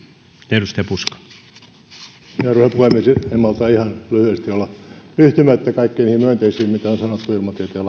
arvoisa puhemies en malta ihan lyhyesti olla yhtymättä kaikkiin niihin myönteisiin kommentteihin mitä on sanottu ilmatieteen